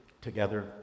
together